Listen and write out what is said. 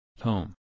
Home